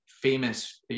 famous